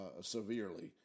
severely